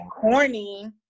corny